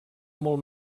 molt